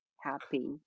happy